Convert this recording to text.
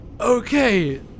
Okay